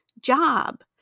job